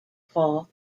paul